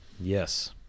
Yes